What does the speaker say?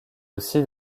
aussi